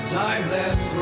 timeless